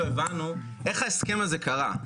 לא הבנו איך ההסכם הזה קרה,